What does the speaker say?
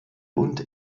und